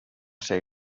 ser